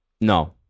no